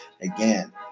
again